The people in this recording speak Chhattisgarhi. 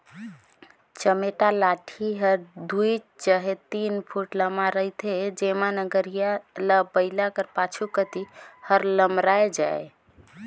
चमेटा लाठी हर दुई चहे तीन फुट लम्मा रहथे जेम्हा नगरिहा ल बइला कर पाछू कती हर लमराए जाए